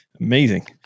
Amazing